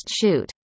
shoot